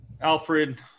alfred